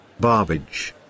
Barbage